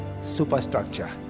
superstructure